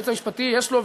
היועץ המשפטי יש לו,